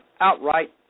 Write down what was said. outright